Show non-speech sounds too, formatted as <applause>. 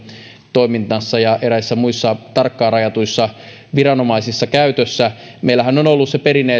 toiminnassa ja eräissä muissa tarkkaan rajatuissa viranomaisissa meillähän on ollut se perinne <unintelligible>